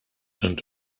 and